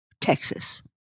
Texas